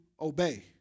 obey